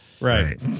Right